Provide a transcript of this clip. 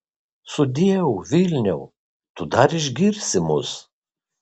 sudieu vilniau tu dar išgirsi mus